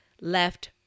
left